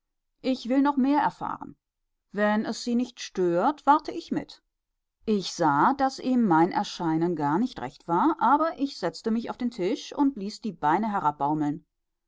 ich will noch mehr erfahren wenn es sie nicht stört warte ich mit ich sah daß ihm mein erscheinen gar nicht recht war aber ich setzte mich auf den tisch und ließ die beine